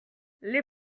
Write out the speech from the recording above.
les